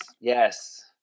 yes